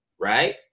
right